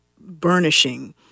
burnishing